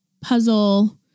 puzzle